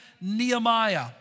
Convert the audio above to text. Nehemiah